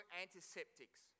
antiseptics